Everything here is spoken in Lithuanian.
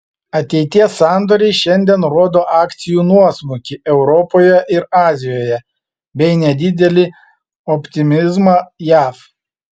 ateities sandoriai šiandien rodo akcijų nuosmukį europoje ir azijoje bei nedidelį optimizmą jav